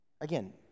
Again